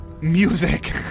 ...music